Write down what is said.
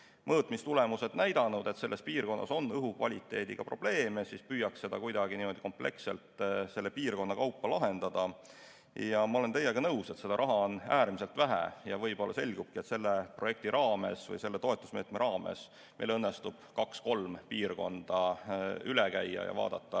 mõõtmistulemused on näidanud, et mõnes piirkonnas on õhukvaliteediga probleeme, siis püüaks seda kuidagi niimoodi kompleksselt piirkonna kaupa lahendada. Ja ma olen teiega nõus, et seda raha on äärmiselt vähe ja võib-olla selgubki, et selle projekti raames või selle toetusmeetme raames meil õnnestub [ainult] kaks-kolm piirkonda üle käia ja vaadata,